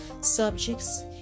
subjects